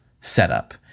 setup